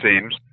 seems